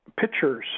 pictures